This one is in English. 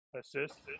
assist